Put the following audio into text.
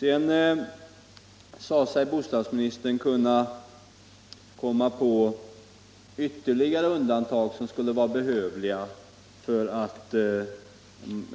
Sedan sade sig bostadsministern kunna komma på ytterligare undantag som skulle vara behövliga för att